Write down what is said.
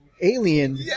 Alien